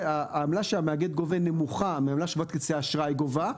העמלה שהמאגד גובה נמוכה מהעמלה שחברת כרטיסי האשראי גובה,